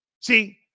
See